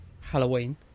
Halloween